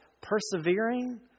persevering